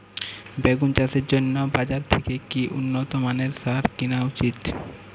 বেগুন চাষের জন্য বাজার থেকে কি উন্নত মানের সার কিনা উচিৎ?